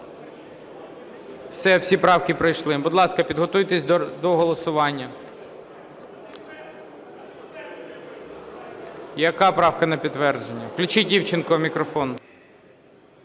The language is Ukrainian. Все, всі правки пройшли. Будь ласка, підготуйтесь до голосування. Яка правка не підтвердження? Включіть Івченку мікрофон.